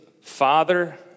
Father